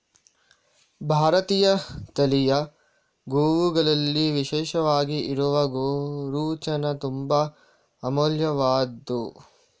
ಭಾರತೀಯ ತಳಿಯ ಗೋವುಗಳಲ್ಲಿ ವಿಶೇಷವಾಗಿ ಇರುವ ಗೋರೋಚನ ತುಂಬಾ ಅಮೂಲ್ಯವಾದ್ದು